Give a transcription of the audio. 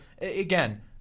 again